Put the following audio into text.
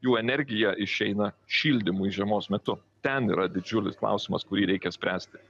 jų energija išeina šildymui žiemos metu ten yra didžiulis klausimas kurį reikia spręsti